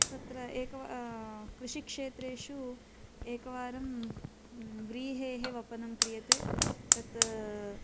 तत्र एकं वा कृषिक्षेत्रेषु एकवारं व्रीहेः वपनं क्रियते तत्